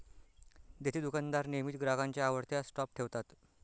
देतेदुकानदार नेहमी ग्राहकांच्या आवडत्या स्टॉप ठेवतात